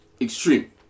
extreme